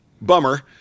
Bummer